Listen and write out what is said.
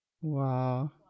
Wow